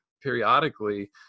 periodically